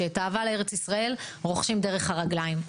את האהבה לארץ ישראל רוכשים דרך הרגליים.